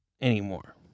anymore